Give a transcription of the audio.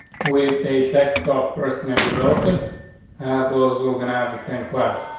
with a text off first, maybe relative as well as we're gonna have the same class.